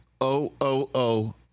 O-O-O